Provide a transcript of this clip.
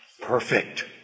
Perfect